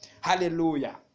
Hallelujah